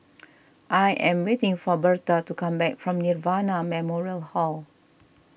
I am waiting for Berta to come back from Nirvana Memorial Garden